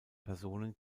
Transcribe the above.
personen